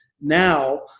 Now